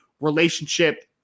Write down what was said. relationship